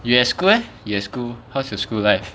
you have school meh you have school how's your school life